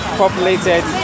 populated